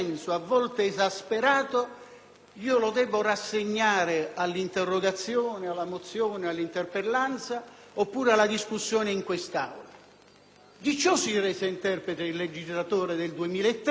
lo debbo rassegnare all'interrogazione, alla mozione, all'interpellanza oppure alla discussione in quest'Aula? Di ciò si è reso interprete il legislatore del 2003 e questa legge